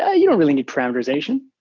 ah you don't really need parameterization.